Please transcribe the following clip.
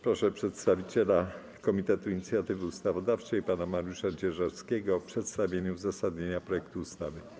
Proszę przedstawiciela Komitetu Inicjatywy Ustawodawczej pana Mariusza Dzierżawskiego o przedstawienie uzasadnienia projektu ustawy.